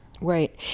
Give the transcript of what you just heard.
Right